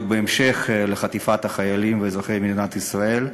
בהמשך לחטיפת חיילים ואזרחי מדינת ישראל,